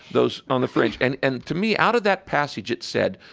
those on the fringe. and and to me, out of that passage it said,